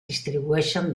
distribueixen